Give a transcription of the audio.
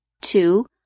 Two